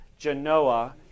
Genoa